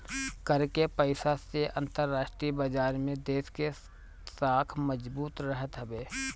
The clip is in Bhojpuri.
कर के पईसा से अंतरराष्ट्रीय बाजार में देस के साख मजबूत रहत हवे